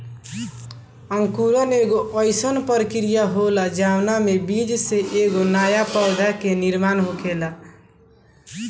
अंकुरण एगो आइसन प्रक्रिया होला जवना में बीज से एगो नया पौधा के निर्माण होखेला